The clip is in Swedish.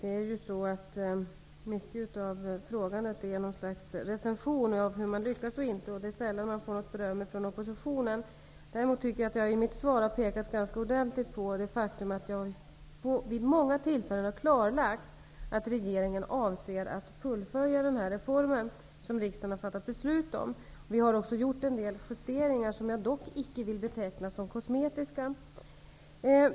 Fru talman! Mycket av frågandet är ett slags recension av hur man lyckas eller inte lyckas. Det är sällan man får något beröm från oppositionen. Däremot tycker jag att jag i mitt svar har pekat ganska ordentligt på det faktum att jag vid många tillfällen har klarlagt att regeringen avser at fullfölja den reform som riksdagen har fattat beslut om. Vi har också gjort en del justeringar, som jag dock icke vill beteckna som kosmetiska.